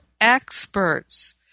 experts